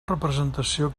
representació